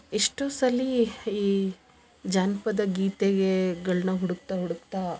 ಎಷ್ಟೋ ಸಲಿ ಈ ಜನಪದ ಗೀತೆಗೆ ಗಳ್ನ ಹುಡುಕ್ತಾ ಹುಡುಕ್ತಾ